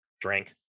Drink